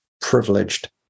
privileged